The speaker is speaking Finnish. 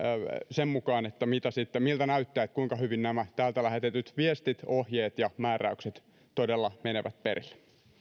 sen mukaan miltä näyttää kuinka hyvin nämä täältä lähetetyt viestit ohjeet ja määräykset todella menevät perille